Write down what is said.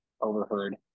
overheard